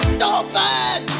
Stupid